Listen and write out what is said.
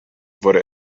wurde